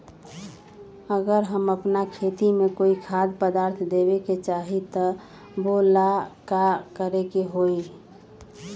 अगर हम अपना खेती में कोइ खाद्य पदार्थ देबे के चाही त वो ला का करे के होई?